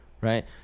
right